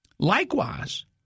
Likewise